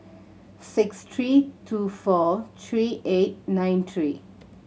six three two four three eight nine three